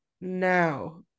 now